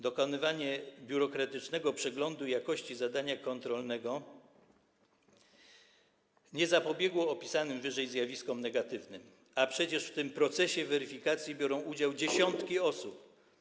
Dokonywanie biurokratycznego przeglądu jakości zadania kontrolnego nie zapobiegło opisanym wyżej zjawiskom negatywnym, a przecież w tym procesie weryfikacji biorą udział dziesiątki osób.